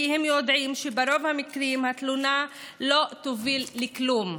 כי הם יודעים שברוב המקרים התלונה לא תוביל לכלום.